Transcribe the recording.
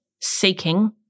seeking